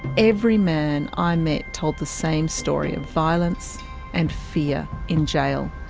every man i met told the same story of violence and fear in jail,